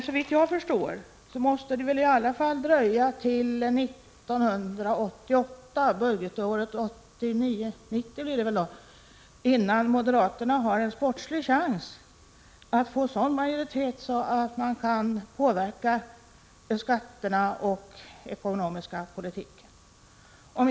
» Såvitt jag förstår måste det dröja åtminstone till 1988 och budgetåret 1989/90 innan moderaterna har en sportslig chans att få en sådan majoritet att de kan påverka skatterna och den ekonomiska politiken.